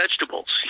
vegetables